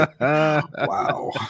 Wow